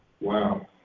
Wow